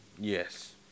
Yes